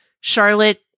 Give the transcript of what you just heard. Charlotte